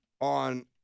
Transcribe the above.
on